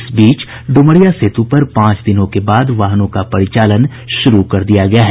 इस बीचडुमरिया सेतु पर पांच दिनों के बाद वाहनों का परिचालन शुरू कर दिया गया है